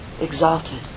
exalted